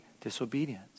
disobedience